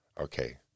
Okay